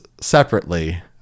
separately